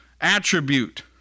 attribute